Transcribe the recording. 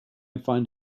find